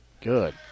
good